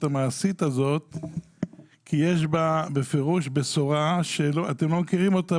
המעשית הזאת כי יש בה בפירוש בשורה שאתם לא מכירים אותה,